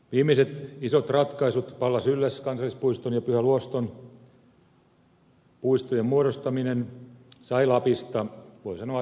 viimeiset isot ratkaisut pallas yllästunturin kansallispuiston ja pyhä luoston puistojen muodostaminen saivat lapista voi sanoa jakamattoman tuen